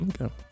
Okay